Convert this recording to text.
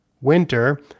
winter